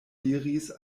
diris